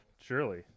surely